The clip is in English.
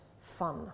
fun